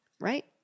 right